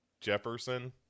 Jefferson